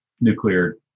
nuclear